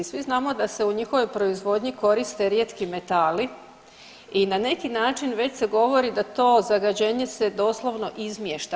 Svi znamo da se u njihovoj proizvodnji koriste rijetki metali i na neki način, već se govori da to zagađenje se doslovno izmješta.